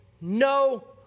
no